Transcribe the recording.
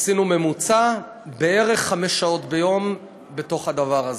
עשינו ממוצע: בערך חמש שעות ביום בתוך הדבר הזה.